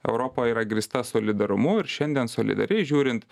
europa yra grįsta solidarumu ir šiandien solidariai žiūrint